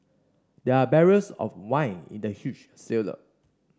there are barrels of wine in the huge cellar